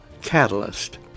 catalyst